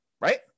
right